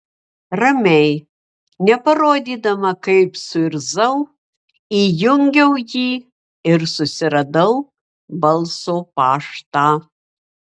ramiai neparodydama kaip suirzau įjungiau jį ir susiradau balso paštą